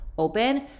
Open